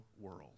world